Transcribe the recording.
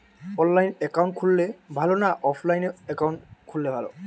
অনলাইনে একাউন্ট খুললে ভালো না অফলাইনে খুললে ভালো?